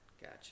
Gotcha